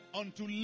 unto